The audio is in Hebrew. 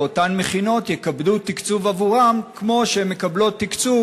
ואותן מכינות יקבלו תקציב עבורם כמו שהן מקבלות תקציב